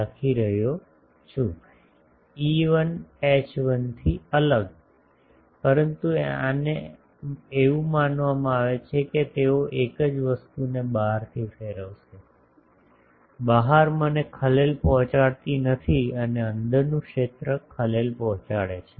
લખી રહ્યો છું E1 H1 થી અલગ પરંતુ આને એવું માનવામાં આવે છે કે તેઓ એક જ વસ્તુને બહારથી ફેરવશે બહાર મને ખલેલ પહોંચાડતી નથી અને અંદરનું ક્ષેત્ર ખલેલ પહોંચાડે છે